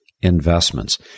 investments